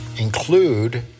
include